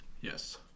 Yes